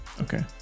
Okay